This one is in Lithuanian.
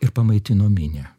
ir pamaitino minią